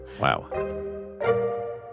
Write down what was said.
Wow